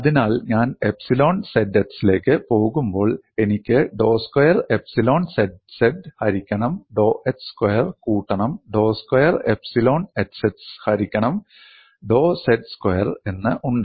അതിനാൽ ഞാൻ epsilon zx ലേക്ക് പോകുമ്പോൾ എനിക്ക് ഡോ സ്ക്വയർ എപ്സിലോൺ zz ഹരിക്കണം ഡോ x സ്ക്വയർ കൂട്ടണം ഡോ സ്ക്വയർ എപ്സിലോൺ xx ഹരിക്കണം ഡോ z സ്ക്വയർ എന്ന് ഉണ്ട്